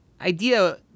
idea